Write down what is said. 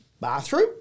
bathroom